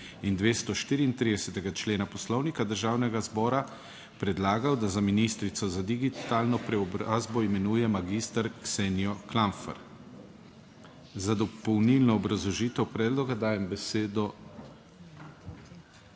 in 234. člena Poslovnika Državnega zbora predlagal, da za ministrico za digitalno preobrazbo imenuje magister Ksenijo Klampfer. Za dopolnilno obrazložitev predloga dajem besedo